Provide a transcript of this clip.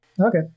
Okay